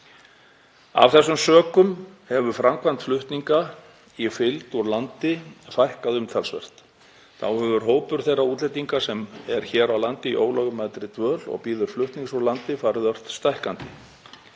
Af þessum sökum hefur framkvæmd flutninga í fylgd úr landi fækkað umtalsvert. Þá hefur hópur þeirra útlendinga sem er hér á landi í ólögmætri dvöl og bíður flutnings úr landi farið ört stækkandi.